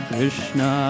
Krishna